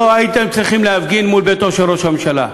לא הייתם צריכים להפגין מול ביתו של ראש הממשלה,